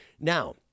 Now